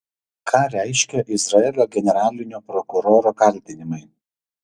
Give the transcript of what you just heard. ką reiškia izraelio generalinio prokuroro kaltinimai